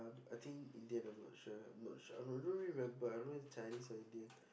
I think Indian I'm not sure I'm not sure I don't I don't really remember I don't know it's Chinese or Indian